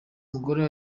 mugore